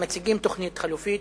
מציגים תוכנית חלופית,